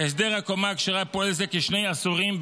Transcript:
הסדר הקומה הכשרה פועל זה כשני עשורים,